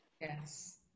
Yes